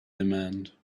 demand